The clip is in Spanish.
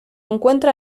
encuentra